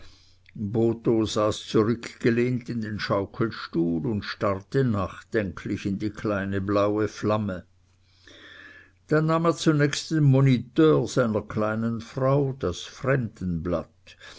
saß zurückgelehnt in den schaukelstuhl und starrte nachdenklich in die kleine blaue flamme dann nahm er zunächst den moniteur seiner kleinen frau das